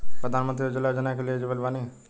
प्रधानमंत्री उज्जवला योजना के लिए एलिजिबल बानी?